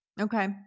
Okay